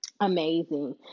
amazing